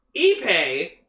Ipe